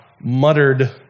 muttered